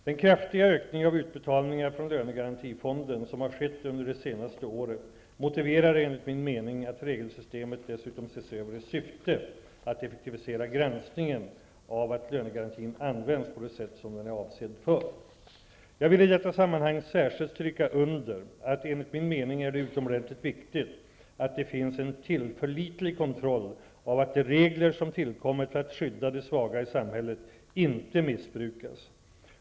Den kraftiga ökning av utbetalningar från lönegarantifonden som har skett under det senaste året motiverar enligt min mening att regelsystemet dessutom ses över i syfte att effektivisera granskningen av att lönegarantin används på det sätt som var avsikten. Jag vill i detta sammanhang särskilt stryka under att det enligt min mening är utomordentligt viktigt att det finns en tillförlitlig kontroll av att de regler som tillkommit för att skydda de svaga i samhället inte missbrukas.